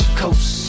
coast